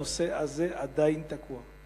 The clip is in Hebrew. הנושא הזה עדיין תקוע.